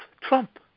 Trump